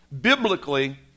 biblically